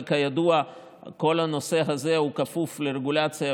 אבל כידוע כל הנושא הזה הוא כפוף לרגולציה,